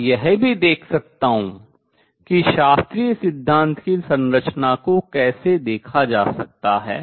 और यह भी देख सकता हूँ कि शास्त्रीय सिद्धांत की संरचना को कैसे देखा जा सकता है